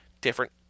different